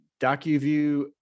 DocuView